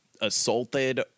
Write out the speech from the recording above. assaulted